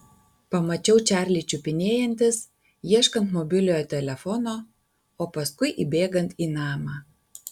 pamačiau čarlį čiupinėjantis ieškant mobiliojo telefono o paskui įbėgant į namą